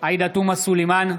בהצבעה עאידה תומא סלימאן,